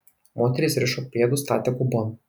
moterys rišo pėdus statė gubon